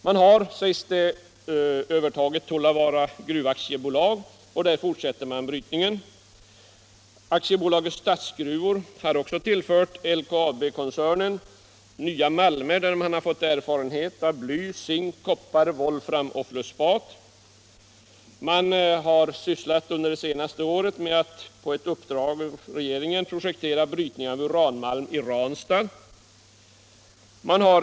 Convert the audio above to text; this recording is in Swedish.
Man har övertagit Tuolluvaara Gruv AB, och där fortsätter man brytningen. Aktiebolaget Statsgruvor har också tillförts LKAB-koncernen, som därigenom producerar malmer innehållande bly, zink, koppar, volfram och flusspat. Under det senaste året har man på regeringens uppdrag sysslat med att projektera brytning av uranmalm i Ranstad.